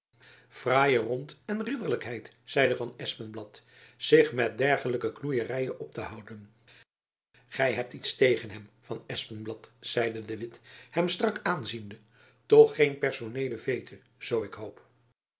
fraaie rond en ridderlijkheid zeide van espenblad zich met dergelijke khoeieryen op te houden gy hebt iets tegen hem van espenblad zeide de witt hem strak aanziende toch geen personeele vete zoo ik hoop